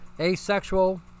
Asexual